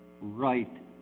right